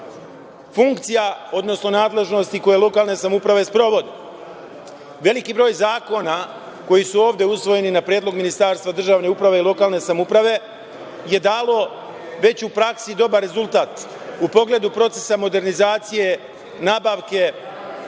funkcija, odnosno nadležnosti koje lokalne samouprave sprovode. Veliki broj zakona koji su ovde usvojeni na predlog Ministarstva državne uprave i lokalne samouprave je dalo već u praksi dobar rezultat u pogledu procesa modernizacije nabavke